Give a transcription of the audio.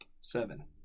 Seven